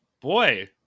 boy